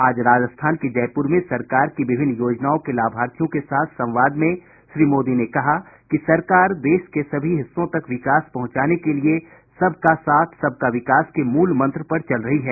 आज राजस्थान के जयपुर में सरकार की विभिन्न योजनाओं के लाभार्थियों के साथ संवाद में श्री मोदी ने कहा कि सरकार देश के सभी हिस्सों तक विकास पहुंचाने के लिए सबका साथ सबका विकास के मूलमंत्र पर चल रही है